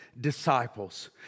disciples